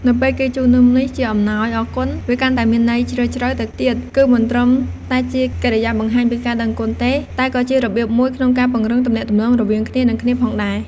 នៅពេលគេជូននំនេះជាអំណោយអរគុណ វាកាន់តែមានន័យជ្រាលជ្រៅទៅទៀត គឺមិនត្រឹមតែជាកិរិយាបង្ហាញពីការដឹងគុណទេ តែក៏ជារបៀបមួយក្នុងការពង្រឹងទំនាក់ទំនងរវាងគ្នា និងគ្នាផងដែរ